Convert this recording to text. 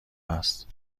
هست